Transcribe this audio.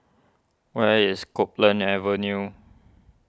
where is Copeland Avenue